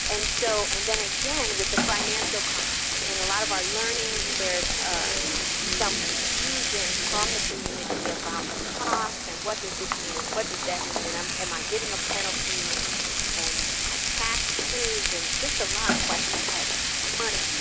and so and then again with the financial costs, and a lot of our learnings, there's some confusion from the community about the cost and what does this mean and what does that mean and um am i getting a penalty, and and my taxes, and just a lot of questions about money.